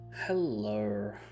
Hello